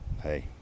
hey